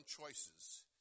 choices